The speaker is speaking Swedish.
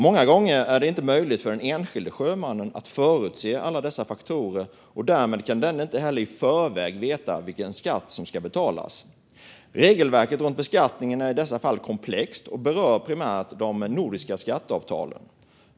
Många gånger är det inte möjligt för den enskilde sjömannen att förutse alla dessa faktorer, och därmed kan denne inte heller i förväg veta vilken skatt som ska betalas. Regelverket runt beskattningen är i dessa fall komplext och berör primärt de nordiska skatteavtalen.